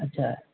अच्छा